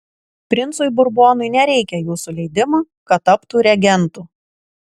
princui burbonui nereikia jūsų leidimo kad taptų regentu